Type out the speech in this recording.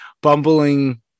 bumbling